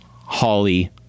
Holly